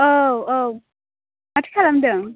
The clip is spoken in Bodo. औ औ माथो खालामदों